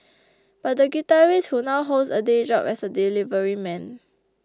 but the guitarist who now holds a day job as a delivery man